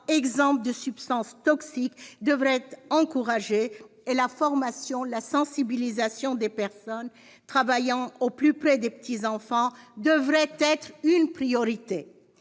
exempts de substances toxiques devraient être encouragées. La formation et la sensibilisation des personnes travaillant au plus près des petits enfants devraient être des priorités.